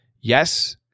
yes